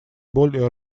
более